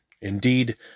Indeed